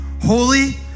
holy